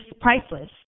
priceless